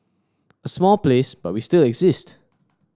a small place but we still exist